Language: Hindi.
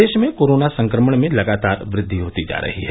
प्रदेश में कोरोना संक्रमण में लगातार वृद्धि होती जा रही है